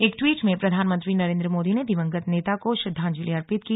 एक टवीट में प्रधानमंत्री नरेन्द्र मोदी ने दिवंगत नेता को श्रद्वांजलि अर्पित की